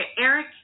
Eric